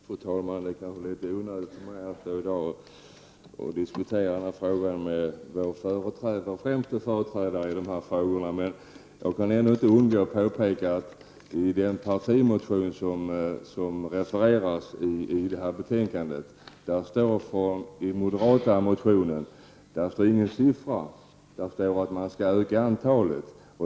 Fru talman! Det är kanske litet onödigt av mig att diskutera den här frågan med vår främste företrädare i dessa frågor. Jag kan ändå inte underlåta att påpeka att i den partimotion som följs upp med en reservation till detta betänkande står ingen siffra. Där står att man skall öka antalet.